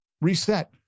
reset